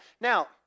now